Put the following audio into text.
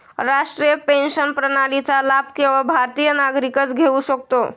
राष्ट्रीय पेन्शन प्रणालीचा लाभ केवळ भारतीय नागरिकच घेऊ शकतो